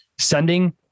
Sending